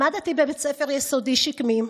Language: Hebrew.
למדתי בבית הספר היסודי "שקמים",